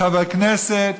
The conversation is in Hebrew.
חברי כנסת,